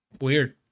Weird